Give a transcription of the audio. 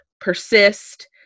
persist